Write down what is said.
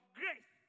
grace